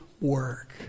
work